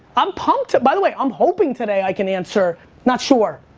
i'm pumped, by the way i'm hoping today, i can answer, not sure.